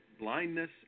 Blindness